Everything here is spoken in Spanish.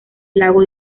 lago